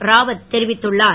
ராவத் தெரிவித்துள்ளார்